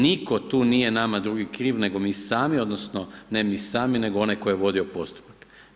Nitko tu nije nama drugi kriv nego mi sami, odnosno ne mi sami nego onaj koji je vodio postupak.